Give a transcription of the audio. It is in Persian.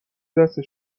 دست